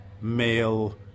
male